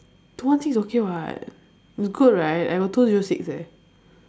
two one six okay [what] you good right I got two zero six eh